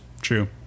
True